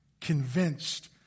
convinced